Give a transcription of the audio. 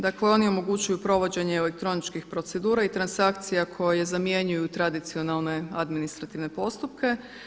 Dakle oni omogućuju provođenje elektroničkih procedura i transakcija koje zamjenjuju tradicionalne administrativne postupke.